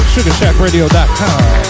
Sugarshackradio.com